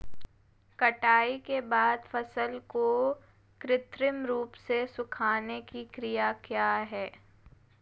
कटाई के बाद फसल को कृत्रिम रूप से सुखाने की क्रिया क्या है?